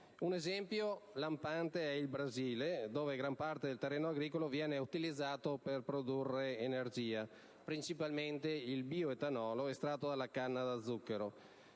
in etanolo. Anche in Brasile, gran parte del terreno agricolo viene utilizzato per produrre energia, principalmente bioetanolo estratto dalla canna da zucchero,